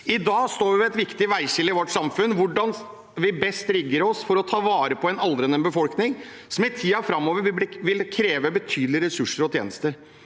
I dag står vi ved et viktig veiskille i vårt samfunn: Hvordan rigger vi oss best for å ta vare på en aldrende befolkning, som i tiden framover vil kreve betydelige ressurser og tjenester?